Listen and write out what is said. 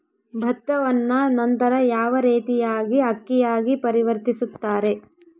ಭತ್ತವನ್ನ ನಂತರ ಯಾವ ರೇತಿಯಾಗಿ ಅಕ್ಕಿಯಾಗಿ ಪರಿವರ್ತಿಸುತ್ತಾರೆ?